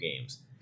games